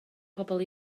pobl